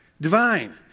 divine